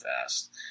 fast